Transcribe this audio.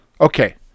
Okay